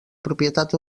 propietat